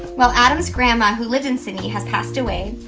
while adam's grandma, who lived in sydney, has passed away,